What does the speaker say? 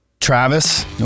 Travis